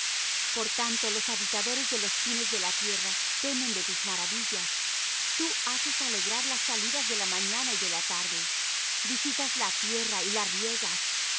por tanto los habitadores de los fines de la tierra temen de tus maravillas tú haces alegrar las salidas de la mañana y de la tarde visitas la tierra y la riegas